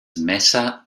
messer